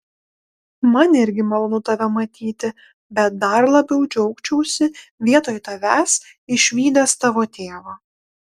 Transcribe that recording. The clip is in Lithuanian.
man irgi malonu tave matyti bet dar labiau džiaugčiausi vietoj tavęs išvydęs tavo tėvą